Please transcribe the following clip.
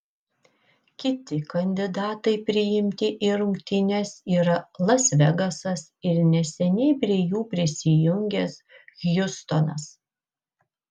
kiti kandidatai priimti į rungtynes yra las vegasas ir neseniai prie jų prisijungęs hjustonas